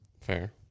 Fair